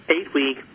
eight-week